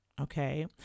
Okay